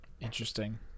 Interesting